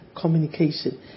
communication